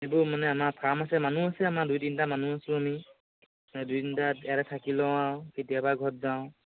এইবোৰ মানে আমাৰ ফাৰ্ম আছে মানুহ আছে আমাৰ দুই তিনিটা মানুহ আছোঁ আমি দুই তিনিটা ইয়াতে থাকি লওঁ আৰু কেতিয়াবা ঘৰত যাওঁ